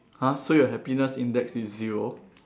!huh! so your happiness index is zero